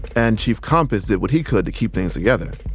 and chief compass did what he could to keep things together.